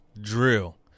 drill